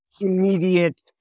immediate